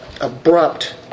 abrupt